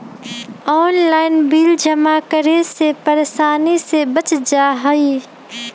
Online bill जमा करे से परेशानी से बच जाहई?